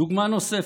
דוגמאות נוספות: